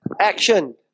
Action